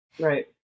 Right